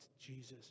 Jesus